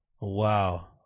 wow